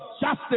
justice